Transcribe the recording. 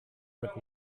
mit